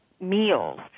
meals